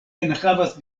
enhavas